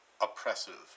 oppressive